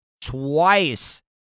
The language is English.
twice